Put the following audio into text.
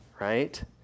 right